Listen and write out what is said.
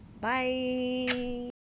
Bye